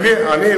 גם אני,